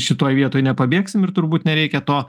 šitoj vietoj nepabėgsim ir turbūt nereikia to